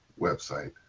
website